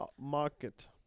market